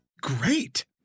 great